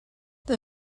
the